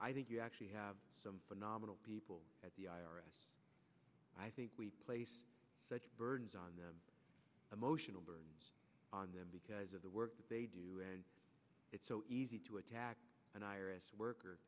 i think you actually have some phenomenal people at the i r s i think we place such burdens on the emotional burden on them because of the work they do and it's so easy to attack an iris worker